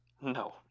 No